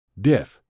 Death